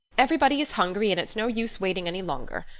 everybody is hungry and it's no use waiting any longer.